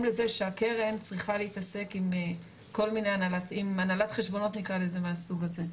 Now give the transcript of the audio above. לזה שהקרן צריכה להתעסק עם הנהלת חשבונות מהסוג הזה.